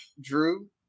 drew